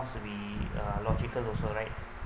sounds to be uh logical also right